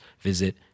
visit